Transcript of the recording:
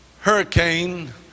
hurricane